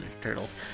Turtles